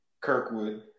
Kirkwood